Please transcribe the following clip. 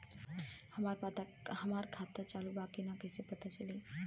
हमार खाता चालू बा कि ना कैसे पता चली?